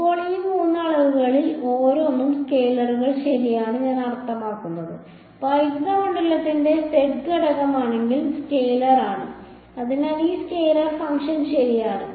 ഇപ്പോൾ ഈ മൂന്ന് അളവുകളിൽ ഓരോന്നും സ്കെയിലറുകൾ ശരിയാണെന്ന് ഞാൻ അർത്ഥമാക്കുന്നത് വൈദ്യുത മണ്ഡലത്തിന്റെ z ഘടകം ആണെങ്കിൽ സ്കെയിലർ ആണ് അതിനാൽ ഇത് സ്കെയിലർ ഫംഗ്ഷൻ ശരിയാണ്